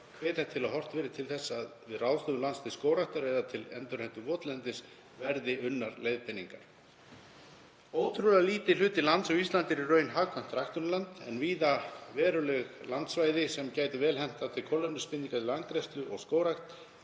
hvetja til að horft verði til þess að við ráðstöfun lands til skógræktar eða til endurheimtar votlendis verði unnar leiðbeiningar. Ótrúlega lítill hluti lands á Íslandi er í raun hagkvæmt ræktunarland en víða eru veruleg landsvæði sem gætu vel hentað til kolefnisbindingar í landgræðslu og skógrækt.